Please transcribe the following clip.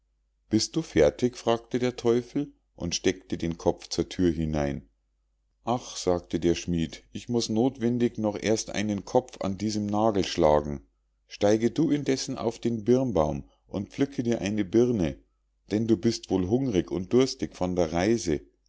bist du fertig fragte der teufel und steckte den kopf zur thür hinein ach sagte der schmied ich muß nothwendig noch erst einen kopf an diesem nagel schlagen steige du indessen auf den birnbaum und pflücke dir eine birne denn du bist wohl hungrig und durstig von der reise